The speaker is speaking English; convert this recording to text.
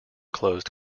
closed